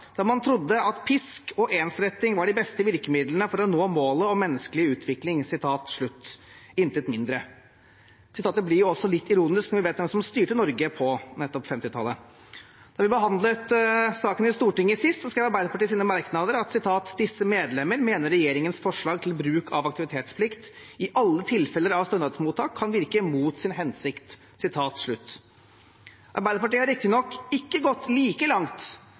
da man trodde at pisk og ensretting var de beste virkemidlene for å nå målet om menneskelig utvikling». – Intet mindre. Sitatet blir også litt ironisk når vi vet hvem som styrte Norge nettopp på 1950-tallet. Da vi behandlet saken i Stortinget sist, skrev Arbeiderpartiet i sine merknader: «Disse medlemmer mener regjeringens forslag til bruk av aktivitetsplikt i alle tilfeller av stønadsmottak kan virke mot sin hensikt.» Arbeiderpartiet har riktignok ikke gått like langt